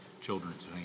children's